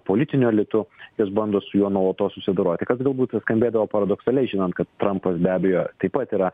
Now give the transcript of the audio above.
politiniu elitu jis bando su juo nuolatos susidoroti ka galbūt skambėdavo paradoksaliai žinant kad trampas be abejo taip pat yra